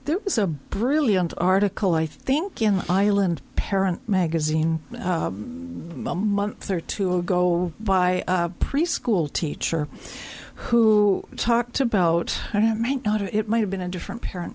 there was a brilliant article i think in the island parent magazine a month or two ago by a preschool teacher who talked about i don't mean it might have been a different parent